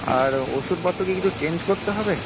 আর ওষুধপত্র কি কিছু চেঞ্জ করতে হবে